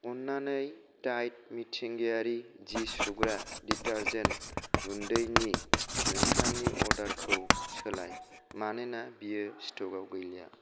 अन्नानै टाइद मिथिंगायारि जि सुग्रा डिटारजेन्ट गुन्दैनि नोंथांनि अर्डारखौ सोलाय मानोना बेयो स्टकाव गैलिया